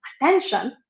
attention